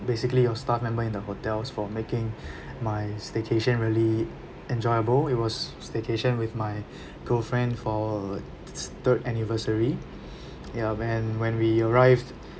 basically your staff member in the hotels for making my staycation really enjoyable it was staycation with my girlfriend for th~ third anniversary ya when when we arrived